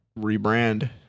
rebrand